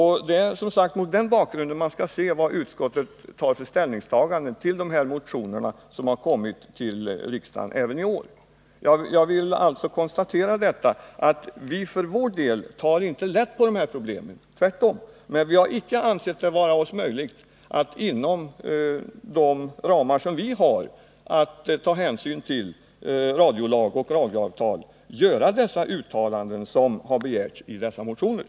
Det är som sagt mot den bakgrunden man skall se utskottets ställningstagande till dessa motioner som väckts i riksdagen även i år. Låt mig framhålla att vi för vår del inte tar lätt på de här problemen — tvärtom. Men vi har inte ansett det vara möjligt för oss att inom de ramar som vi har att ta hänsyn till — radiolag och radioavtal — göra de uttalanden som har begärts i motionerna.